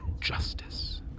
Justice